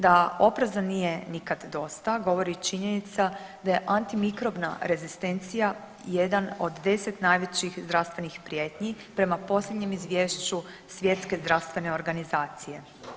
Da opreza nije nikad dosta govori i činjenica da je antimikrobna rezistencija jedan od 10 najvećih zdravstvenih prijetnji prema posljednjem izvješću Svjetske zdravstvene organizacije.